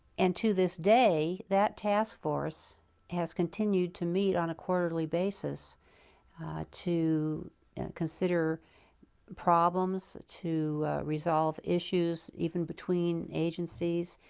and to this day, that task force has continued to meet on a quarterly basis to consider problems, to resolve issues, even between agencies,